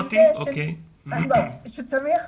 בעצם זה שצריך,